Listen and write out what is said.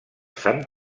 sant